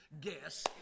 guess